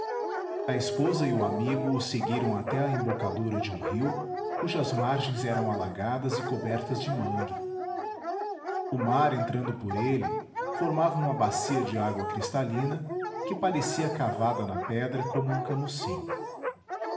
a esposa e o amigo o seguiram até a embocadura de um rio cujas margens eram alagadas e cobertas de mangue o mar entrando por ele formava uma bacia de água cristalina que parecia cavada na pedra como um camucim